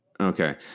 Okay